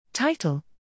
Title